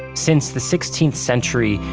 since the sixteenth century,